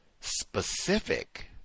specific